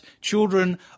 children